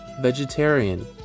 Vegetarian